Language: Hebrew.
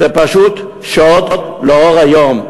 זה פשוט שוד לאור היום.